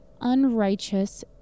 unrighteous